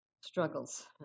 struggles